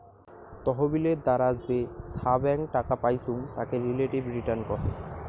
তহবিলের দ্বারা যে ছাব্যাং টাকা পাইচুঙ তাকে রিলেটিভ রিটার্ন কহে